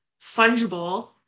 fungible